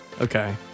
Okay